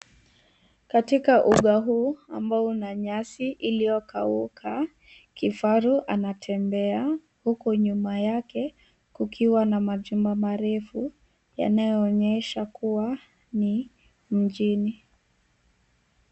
Katika mbuga huu ambao una nyasi iliyokauka, kifaru anatembea huku nyuma yake kukiwa na majumba marefu yanayoonyesha kuwa ni mjini.